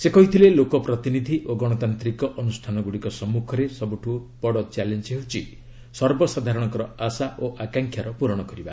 ସେ କହିଥିଲେ ଲୋକପ୍ରତିନିଧି ଓ ଗଣତାନ୍ତିକ ଅନୁଷ୍ଠାନଗୁଡ଼ିକ ସମ୍ମୁଖରେ ସବୁଠୁ ବଡ଼ ଚ୍ୟାଲେଞ୍ଜ ହେଉଛି ସର୍ବସାଧାରଣଙ୍କର ଆଶା ଓ ଆକାଂକ୍ଷାର ପୂର୍ଣ କରିବା